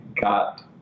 got